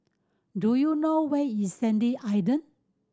do you know where is Sandy Island